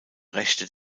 rechte